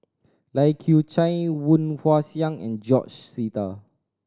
Lai Kew Chai Woon Wah Siang and George Sita